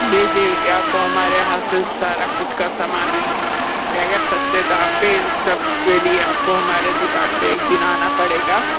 जी जी भैया आपको हमारे यहाँ से सारा कुछ का सामान मिल जाएगा सस्ते दाम पे सब के लिए आपको हमारे दुकान पे एक दिन आना पड़ेगा